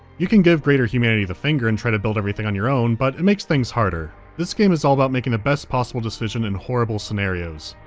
you can give greater humanity the finger and try to build everything on your own, but it makes things harder. this game is all about making the best possible decision in horrible scenarios.